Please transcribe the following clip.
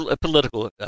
political